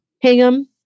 Hingham